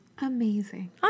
Amazing